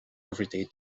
everyday